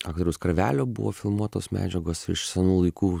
karvelio buvo filmuotos medžiagos iš senų laikų